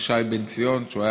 של בן ציון שי,